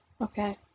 Okay